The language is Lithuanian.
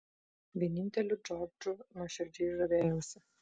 vieninteliu džordžu nuoširdžiai žavėjausi